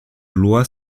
lois